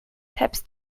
tabs